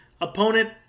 opponent